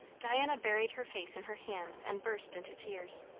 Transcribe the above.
diana buried her face in her hands and burst into tears.